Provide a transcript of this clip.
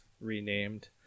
renamed